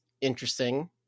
interesting